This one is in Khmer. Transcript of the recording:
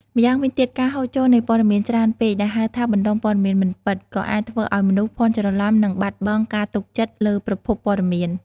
ម្យ៉ាងវិញទៀត ការហូរចូលនៃព័ត៌មានច្រើនពេកដែលហៅថា បណ្តុំព័ត៌មានមិនពិត ក៏អាចធ្វើឲ្យមនុស្សភាន់ច្រឡំនិងបាត់បង់ការទុកចិត្តលើប្រភពព័ត៌មាន។